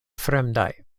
fremdaj